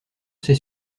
ces